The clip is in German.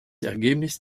ergebnis